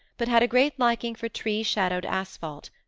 but had a great liking for tree-shadowed asphalte,